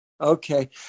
Okay